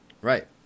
Right